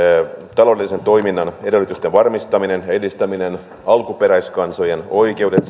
taloudellisen toiminnan edellytysten varmistaminen ja edistäminen alkuperäiskansojen oikeudet